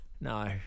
no